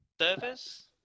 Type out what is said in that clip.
Servers